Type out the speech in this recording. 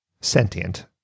sentient